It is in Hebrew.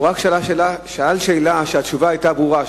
הוא רק שאל שאלה שהתשובה עליה היתה ברורה,